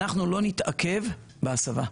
אנחנו לא נתעכב בהסבה.